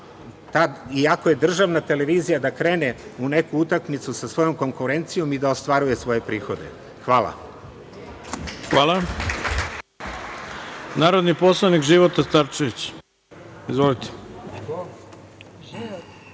iako je državna televizija da krene u neku utakmicu sa svojom konkurencijom i da ostvaruje svoje prihode. Hvala. **Ivica Dačić** Hvala. Narodni poslanik Života Starčević. **Života